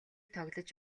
тоглож